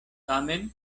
tamen